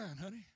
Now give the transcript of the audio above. honey